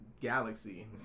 galaxy